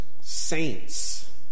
saints